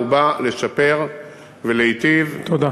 הוא בא לשפר ולהיטיב, תודה.